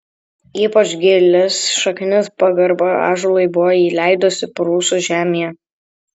ypač gilias šaknis pagarba ąžuolui buvo įleidusi prūsų žemėje